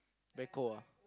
echo ah